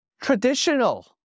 traditional